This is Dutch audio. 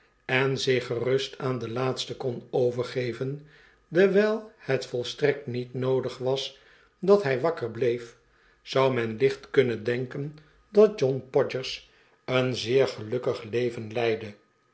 en zich gerust aan den laatsten kon overgeven dewjjl het volstrekt niet noodig was dat hy wakker bleef zou men licht kunnen denken dat john podgers een zeer gelukkig leven leidde